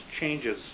changes